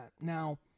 Now